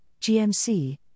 GMC